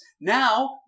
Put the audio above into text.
Now